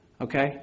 Okay